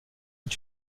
est